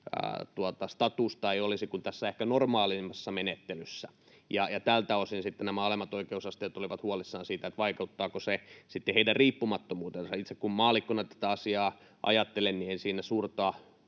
ei olisi kuin tässä ehkä normaalimmassa menettelyssä. Tältä osin nämä alemmat oikeusasteet olivat huolissaan siitä, vaikuttaako se sitten heidän riippumattomuuteensa. Kun maallikkona tätä asiaa ajattelen, niin en itse siinä suurta